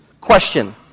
Question